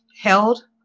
held